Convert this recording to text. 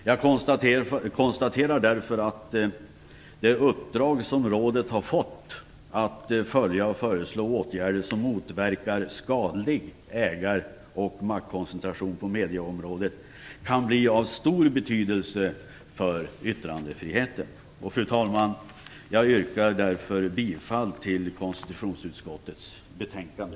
Jag konstaterar därför att det uppdrag som rådet har fått att följa och föreslå åtgärder som motverkar skadlig ägar och maktkoncentration på medieområdet kan bli av stor betydelse för yttrandefriheten. Fru talman! Jag yrkar därför bifall till hemställan i konstitutionsutskottets betänkande.